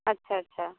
अच्छा अच्छा